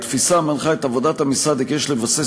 התפיסה המנחה את עבודת המשרד היא כי יש לבסס